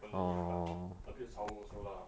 okay lah but a bit sour also lah